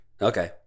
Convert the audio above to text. Okay